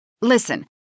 Listen